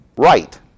right